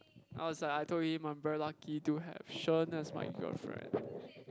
I was like I told him I'm very lucky to have Shen as my girlfriend